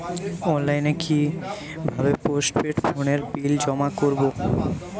অনলাইনে কি ভাবে পোস্টপেড ফোনের বিল জমা করব?